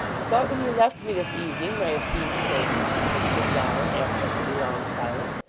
thought when you left me this evening, my esteemed acquaintance said sir john after a pretty long silence,